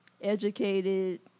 educated